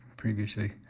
previously.